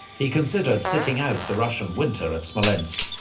he considered sitting out the russian winter at smolensk,